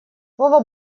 вова